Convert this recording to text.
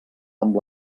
amb